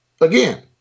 Again